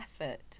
effort